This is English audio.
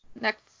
next